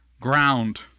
ground